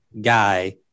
guy